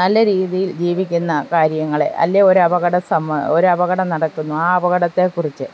നല്ല രീതിയിൽ ജീവിക്കുന്ന കാര്യങ്ങളെ അല്ലേ ഒരു അപകടസമയ ഒരു അപകടം നടക്കുന്നു ആ അപകടത്തെക്കുറിച്ച്